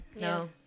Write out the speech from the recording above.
No